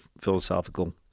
philosophical